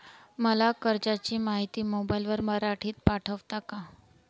मला कर्जाची माहिती मोबाईलवर मराठीत पाठवता का?